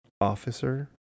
officer